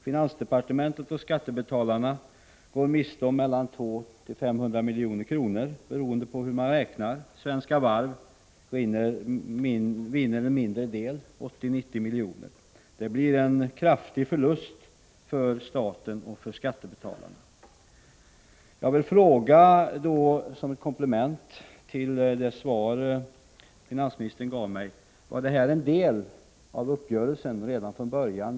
Finansdepartementet och skattebetalarna går miste om 200-500 milj.kr., beroende på hur man räknar. Även om Svenska Varv vinner en mindre del, 80-90 milj.kr., blir det en kraftig förlust för staten och för skattebetalarna. Jag vill ställa en fråga i anslutning till det svår finansministern givit. Var detta en del av uppgörelsen redan från början?